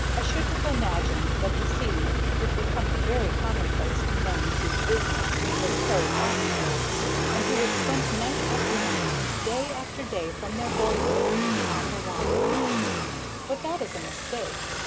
i should have imagined that the sea would become very commonplace to men whose business was carried on in boats, and who had spent night after night and day after day from their boyhood on the water but that is a mistake.